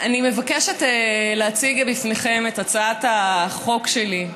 אני מבקשת להציג לפניכם את הצעת החוק שלי,